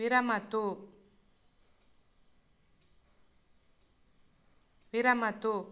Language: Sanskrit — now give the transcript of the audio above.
विरमतु